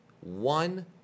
one